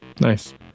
Nice